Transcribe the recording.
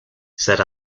said